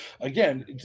again